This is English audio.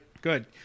good